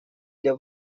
для